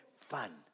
fun